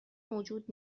موجود